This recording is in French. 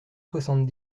soixante